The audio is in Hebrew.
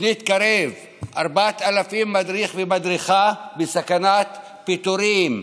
תוכנית קרב, 4,000 מדריך ומדריכה בסכנת פיטורים,